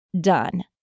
done